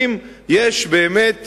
אם באמת